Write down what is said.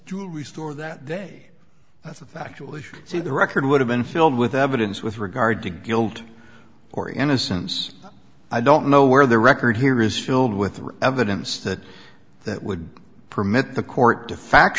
jewelry store that day that's a factual issue so the record would have been filled with evidence with regard to guilt or innocence i don't know where the record here is filled with the evidence that that would permit the court to fa